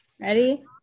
Ready